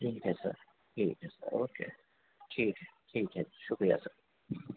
ٹھیک ہے سر ٹھیک ہے سر اوکے ٹھیک ہے ٹھیک ہے شکریہ سر